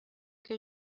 que